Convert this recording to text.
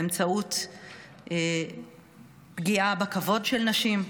באמצעות פגיעה בכבוד של נשים.